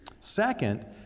Second